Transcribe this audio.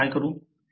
तर मी काय करू